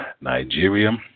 Nigeria